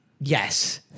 Yes